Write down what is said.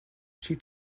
she